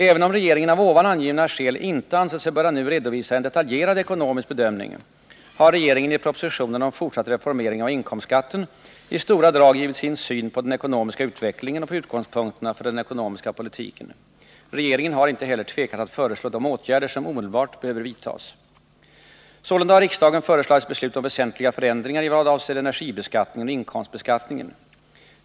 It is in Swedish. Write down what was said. Även om regeringen av här angivna skäl inte ansett sig böra nu redovisa en detaljerad ekonomisk bedömning har regeringen i propositionen om fortsatt reformering av inkomstskatten i stora drag givit sin syn på den ekonomiska utvecklingen och på utgångspunkterna för den ekonomiska politiken. Regeringen har inte heller tvekat att föreslå de åtgärder som omedelbart behöver vidtas. Sålunda har riksdagen föreslagits besluta om väsentliga förändringar i vad avser energibeskattningen och inkomstbeskattningen.